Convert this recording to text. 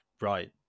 right